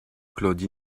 claude